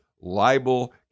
libel